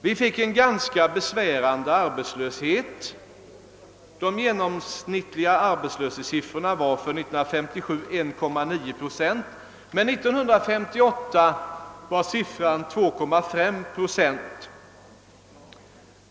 Vi fick en ganska besvärande arbetslöshet — de genomsnittliga arbetslöshetssiffrorna var för 1957 1,9 procent men 1958 var siffran 2,5 procent.